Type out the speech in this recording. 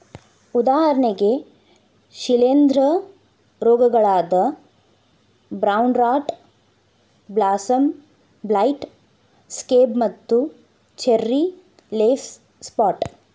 ಉದಾಹರಣೆಗೆ ಶಿಲೇಂಧ್ರ ರೋಗಗಳಾದ brown rot blossom blight, scab ಮತ್ತು ಚೆರ್ರಿ ಲೇಫ್ ಸ್ಪಾಟ್